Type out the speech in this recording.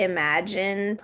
Imagine